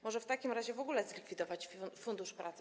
Może w takim razie w ogóle zlikwidować Fundusz Pracy?